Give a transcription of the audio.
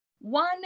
One